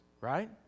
right